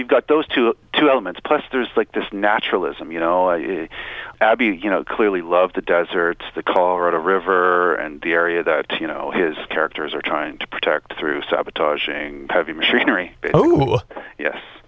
you've got those two two elements plus there's like this naturalism you know abbie you know clearly love the deserts the colorado river and the area that you know his characters are trying to protect through sabotaging heavy machinery